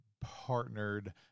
partnered